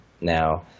now